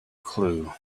clue